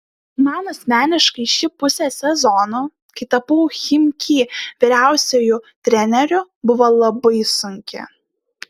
man asmeniškai ši pusė sezono kai tapau chimki vyriausiuoju treneriu buvo labai sunki